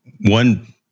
one